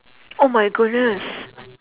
oh my goodness